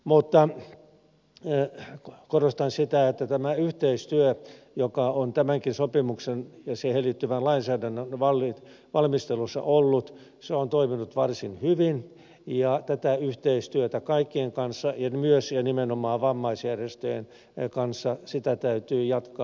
mutta korostan sitä että tämä yhteistyö joka on tämänkin sopimuksen ja siihen liittyvän lainsäädännön valmistelussa ollut on toiminut varsin hyvin ja tätä yhteistyötä kaikkien kanssa myös ja nimenomaan vammaisjärjestöjen kanssa täytyy jatkaa